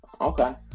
Okay